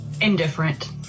Indifferent